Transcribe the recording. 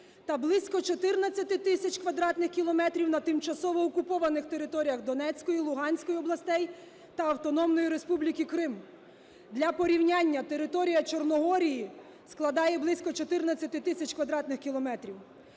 та близько чотирнадцяти тисяч квадратних кілометрів на тимчасово окупованих територіях Донецької, Луганської областей та Автономної Республіки Крим. Для порівняння: територія Чорногорії складає близько 14 тисяч квадратних кілометрів.